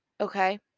okay